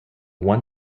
one